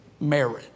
marriage